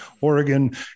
Oregon